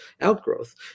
outgrowth